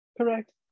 Correct